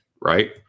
right